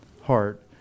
heart